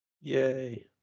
Yay